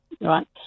right